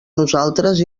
nosaltres